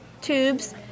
tubes